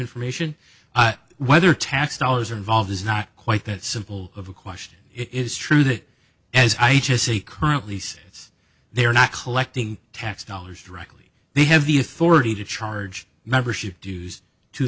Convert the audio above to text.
information whether tax dollars are involved is not quite that simple of a question it is true that as i just say currently since they are not collecting tax dollars directly they have the authority to charge membership dues to